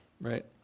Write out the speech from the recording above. Right